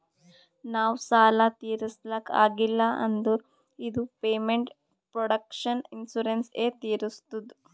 ನಾವ್ ಸಾಲ ತಿರುಸ್ಲಕ್ ಆಗಿಲ್ಲ ಅಂದುರ್ ಇದು ಪೇಮೆಂಟ್ ಪ್ರೊಟೆಕ್ಷನ್ ಇನ್ಸೂರೆನ್ಸ್ ಎ ತಿರುಸ್ತುದ್